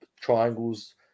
triangles